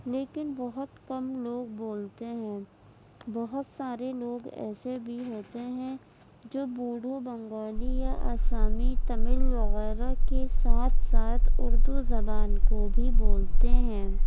لیکن بہت کم لوگ بولتے ہیں بہت سارے لوگ ایسے بھی ہوتے ہیں جو بوڈو بنگالی یا آسامی تمل وغیرہ کے ساتھ ساتھ اردو زبان کو بھی بولتے ہیں